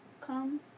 come